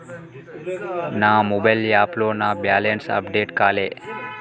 నా మొబైల్ యాప్లో నా బ్యాలెన్స్ అప్డేట్ కాలే